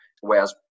whereas